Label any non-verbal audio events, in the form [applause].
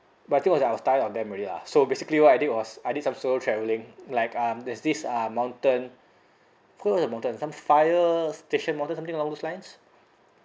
but the thing was I was tired of them already lah so basically what I did was I did some solo traveling like um there's this uh mountain [breath] not really a mountain some fire station mountain something along those lines